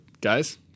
guys